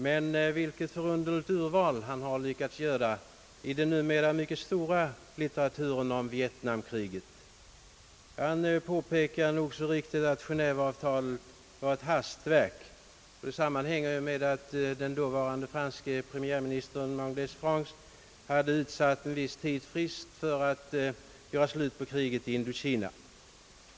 Men vilket förunderligt urval han lyckats göra i den numera mycket stora litteraturen om vietnamkriget! Han påpekar nog så riktigt att Genéveavtalet var ett hastverk. Det sammanhänger med att den dåvarande franske — premiärministern - Mendés France hade utsatt en viss tidsfrist för att göra slut på kriget i Indokina.